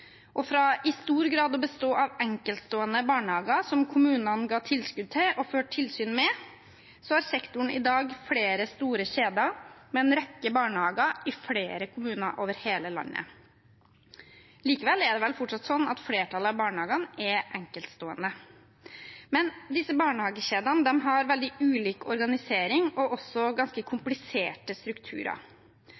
Fra i stor grad å bestå av enkeltstående barnehager som kommunene ga tilskudd til og førte tilsyn med, har sektoren i dag flere store kjeder med en rekke barnehager i flere kommuner over hele landet. Likevel er det vel fortsatt sånn at flertallet av barnehagene er enkeltstående. Men disse barnehagekjedene har veldig ulik organisering og også ganske